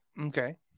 Okay